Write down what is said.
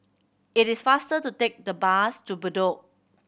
it is faster to take the bus to Bedok